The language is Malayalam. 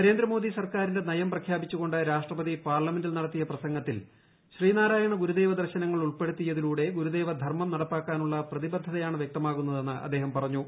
നരേന്ദ്രമോദി സർക്കാരിന്റെ നയം പ്രഖ്യാപിച്ചുകൊണ്ട് രാഷ്ട്രപതി പാർലമെന്റിൽ നടത്തിയ പ്രസംഗത്തിൽ ശ്രീനാരായണ ഗുരുദേവ ദർശനങ്ങൾ ഉൾപ്പെടുത്തിയത്തിലൂട്ടെ ഗുരുദേവ നടപ്പിലാക്കാനുള്ള പ്രതിബ്ദ്ധീതയാണ് വൃക്തമാകുന്നതെന്ന് അദ്ദേഹം പറഞ്ഞു